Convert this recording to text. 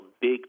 big